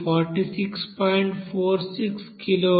46 కిలోలు